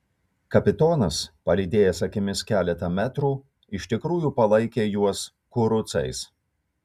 kapitonas palydėjęs akimis keletą metrų iš tikrųjų palaikė juos kurucais